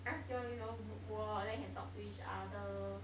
ask you all you know group work then can talk to each other